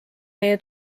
meie